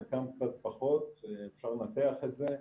חלקם קצת פחות אפשר לנתח את זה.